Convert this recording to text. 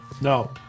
No